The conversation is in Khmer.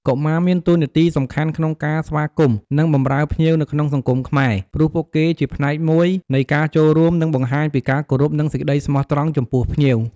កុមារមានតួនាទីសំខាន់ក្នុងការស្វាគមន៍ និងបម្រើភ្ញៀវនៅក្នុងសង្គមខ្មែរ ព្រោះពួកគេជាផ្នែកមួយនៃការចូលរួម និងបង្ហាញពីការគោរពនិងសេចក្តីស្មោះត្រង់ចំពោះភ្ញៀវ។